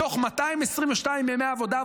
מתוך 222 ימי העבודה,